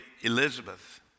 Elizabeth